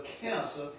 cancer